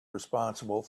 responsible